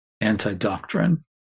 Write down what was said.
anti-doctrine